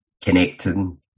connecting